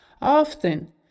Often